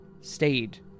stayed